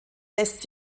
lässt